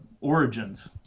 origins